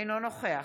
אינו נוכח